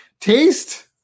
taste